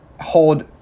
hold